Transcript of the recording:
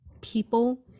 people